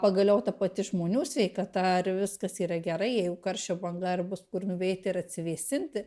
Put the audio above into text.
pagaliau ta pati žmonių sveikata ar viskas yra gerai jeigu karščio banga ar bus kur nuveiti ir atsivėsinti